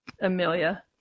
Amelia